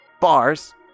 bars